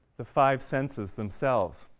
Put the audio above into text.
the five senses themselves.